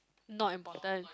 not important